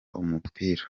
umupira